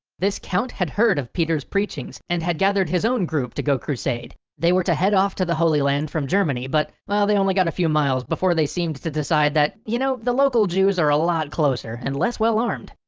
this count had heard of peters preachings, and had gathered his own group to go crusade. they were to head off to the holy land from germany but well they only got a few miles before they seem to to decide that you know, the local jews are a lot closer and less well-armed!